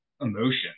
emotion